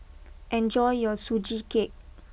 enjoy your Sugee Cake